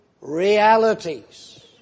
realities